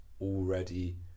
already